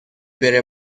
بره